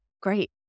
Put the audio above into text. Great